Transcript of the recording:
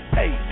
hey